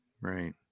right